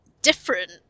different